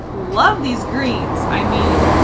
love these greens. i mean.